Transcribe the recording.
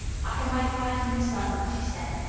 i can wait five minutes longer, she said.